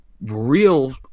real